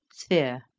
sphere.